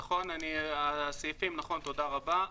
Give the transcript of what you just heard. נכון, תודה רבה.